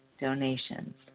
donations